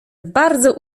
bardzo